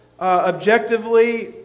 objectively